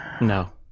No